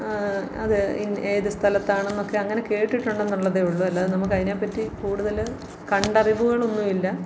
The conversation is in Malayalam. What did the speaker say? അത് ഏതു സ്ഥലത്താണെന്നൊക്കെ അങ്ങനെ കേട്ടിട്ടുണ്ടെന്നുള്ളതെ ഉള്ളു അല്ലാതെ നമുക്കതിനേപ്പറ്റി കൂടുതൽ കണ്ടറിവുകളൊന്നുമില്ല